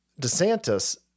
DeSantis